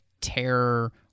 terror